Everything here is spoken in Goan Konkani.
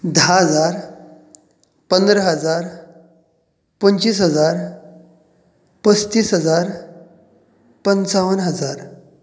धा हजार पंदरा हजार पंचवीस हजार पसतीस हजार पंचावन हजार